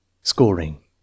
Scoring